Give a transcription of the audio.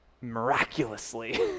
miraculously